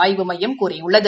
ஆய்வு மையம் கூறியுள்ளது